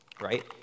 right